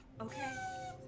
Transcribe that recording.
Okay